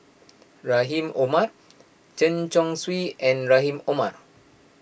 Rahim Omar Chen Chong Swee and Rahim Omar